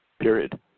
Period